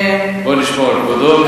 בוא נשמור על כבודו,